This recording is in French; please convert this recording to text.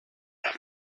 elle